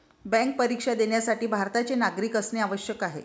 bank परीक्षा देण्यासाठी भारताचे नागरिक असणे आवश्यक आहे